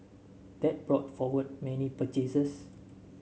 that brought forward many purchases